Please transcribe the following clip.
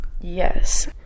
yes